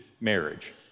marriage